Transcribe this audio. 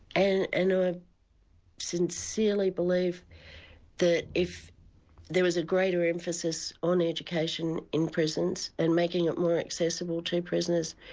and and i sincerely believe that if there is a greater emphasis on education in prisons, and making it more accessible to prisoners,